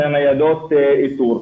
של הניידות איתור.